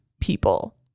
people